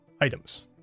items